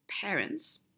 parents